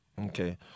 Okay